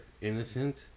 innocent